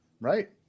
Right